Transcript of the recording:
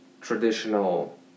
traditional